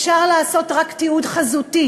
אפשר לעשות רק תיעוד חזותי,